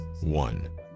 one